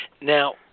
Now